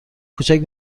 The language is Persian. کوچک